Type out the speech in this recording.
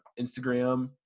Instagram